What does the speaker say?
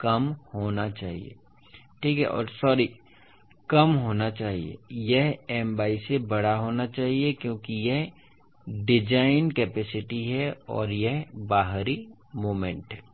कम होना चाहिए ठीक है और सॉरी कम होना चाहिए यह My से बड़ा होना चाहिए क्योंकि यह डिज़ाइन कैपेसिटी है और यह बाहरी मोमेंट है